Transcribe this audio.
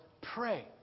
pray